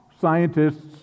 scientists